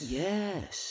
yes